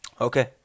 Okay